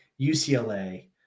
UCLA